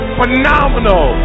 phenomenal